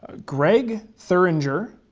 ah greg thuringer,